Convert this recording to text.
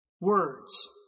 words